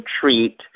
treat